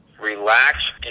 Relax